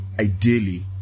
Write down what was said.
ideally